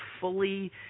fully